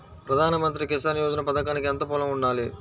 ప్రధాన మంత్రి కిసాన్ యోజన పథకానికి ఎంత పొలం ఉండాలి?